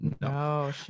No